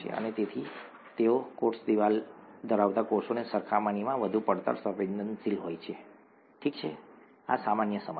અને તેથી તેઓ કોષની દીવાલ ધરાવતા કોષોની સરખામણીમાં વધુ પડતર સંવેદનશીલ હોય છે ઠીક છે આ સામાન્ય સમજ છે